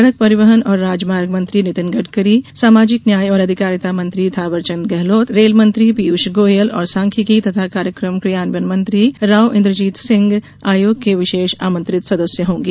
सड़क परिवहन और राजमार्ग मंत्री नितिन गड़करी सामाजिक न्याय और अधिकारिता मंत्री थावर चंद गहलोत रेल मंत्री पीयूष गोयल और सांख्यिकी तथा कार्यक्रम क्रियान्वयन मंत्री राव इंदरजीत सिंह आयोग के विशेष आमंत्रित सदस्य होंगे